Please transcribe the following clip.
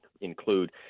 include